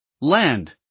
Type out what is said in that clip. land